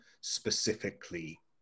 specifically